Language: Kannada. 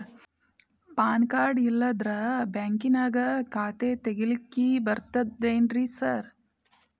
ಪಾನ್ ಕಾರ್ಡ್ ಇಲ್ಲಂದ್ರ ಬ್ಯಾಂಕಿನ್ಯಾಗ ಖಾತೆ ತೆಗೆಲಿಕ್ಕಿ ಬರ್ತಾದೇನ್ರಿ ಸಾರ್?